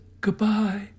goodbye